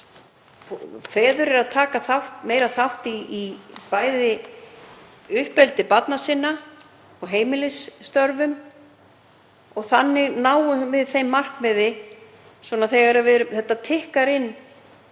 Feður taka meiri þátt í bæði uppeldi barna sinna og heimilisstörfum. Þannig náum við markmiðinu, þetta tikkar inn,